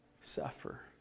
suffer